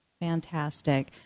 Fantastic